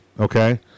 Okay